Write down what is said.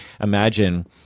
imagine –